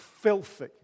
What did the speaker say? filthy